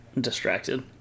distracted